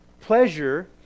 pleasure